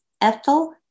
Ethel